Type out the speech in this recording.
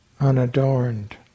unadorned